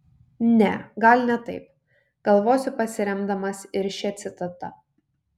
ne gal ne taip galvosiu pasiremdamas ir šia citata